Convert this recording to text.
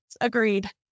agreed